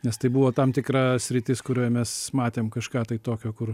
nes tai buvo tam tikra sritis kurioj mes matėm kažką tai tokio kur